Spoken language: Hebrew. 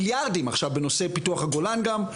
מיליארדים עכשיו בנושא פיתוח הגולן גם,